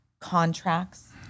contracts